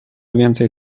więcej